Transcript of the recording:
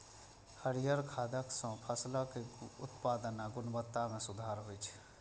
हरियर खादक उपयोग सं फसलक उत्पादन आ गुणवत्ता मे सुधार होइ छै